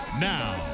Now